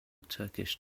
turkish